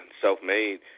Self-Made